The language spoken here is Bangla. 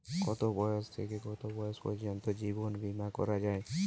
কতো বয়স থেকে কত বয়স পর্যন্ত জীবন বিমা করা যায়?